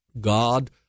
God